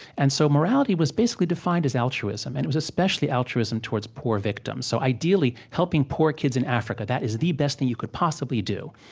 and so morality was basically defined as altruism. and it was especially altruism towards poor victims. so ideally, helping poor kids in africa, that is the best thing you could possibly do.